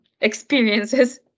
experiences